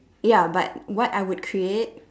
ya but what I would create